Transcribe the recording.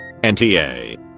NTA